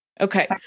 Okay